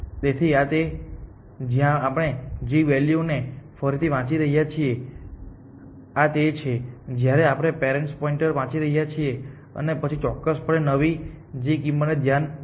તેથી આ તે છે જ્યાં આપણે g વેલ્યુ ને ફરીથી વાંચી રહ્યા છીએ આ તે છે જ્યાં આપણે પેરેન્ટ પોઇન્ટર વાંચી રહ્યા છીએ અને પછી ચોક્કસપણે નવી જી કિંમતને ધ્યાનમાં લેવી